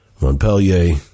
Montpellier